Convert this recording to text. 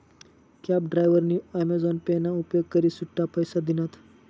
cab डायव्हरनी Amazon Pay ना उपेग करी सुट्टा पैसा दिनात